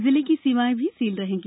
जिले की सीमाएं भी सील रहेंगी